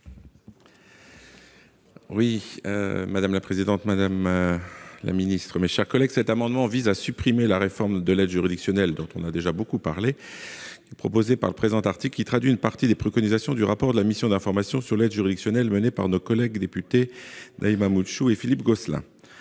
Oui, madame la présidente, madame la ministre, mes chers collègues, cet amendement vise à supprimer la réforme de l'aide juridictionnelle, dont on a déjà beaucoup parlé, proposé par le présent article qui traduit une partie des préconisations du rapport de la mission d'information sur l'aide juridictionnelle menées par nos collègues députés Naïma Moutchou et Philippe Gosselin